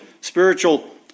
spiritual